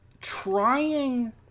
trying